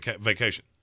vacation